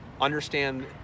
understand